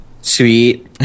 Sweet